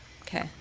Okay